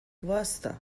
واستا